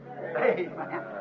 Amen